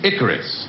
Icarus